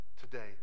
today